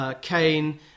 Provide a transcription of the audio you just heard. Kane